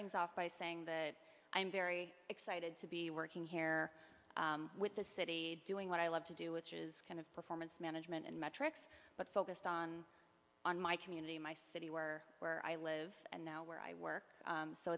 things off by saying that i'm very excited to be working here with the city doing what i love to do with his kind of performance management and metrics but focused on on my community my city were where i live and now where i work